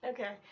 Okay